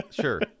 sure